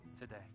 today